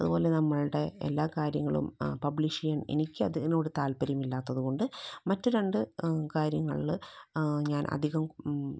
അതുപോലെ നമ്മളുടെ എല്ലാ കാര്യങ്ങളും പബ്ലിഷ് ചെയ്യാൻ എനിക്ക് അതിനോട് താല്പര്യമില്ലാത്തതു കൊണ്ട് മറ്റ് രണ്ട് കാര്യങ്ങളിൽ ഞാൻ അധികം